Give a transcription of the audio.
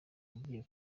agiye